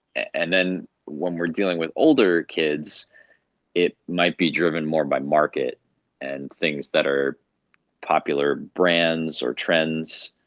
and then when we're dealing with older kids it might be driven more by market and things that are popular brands or trends,